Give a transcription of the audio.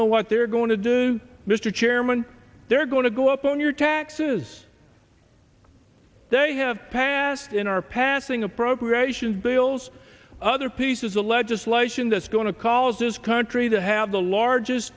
know what they're going to do mr chairman they're going to go up on your taxes they have passed in our passing appropriations bills other pieces of legislation that's going to call us this country to have the largest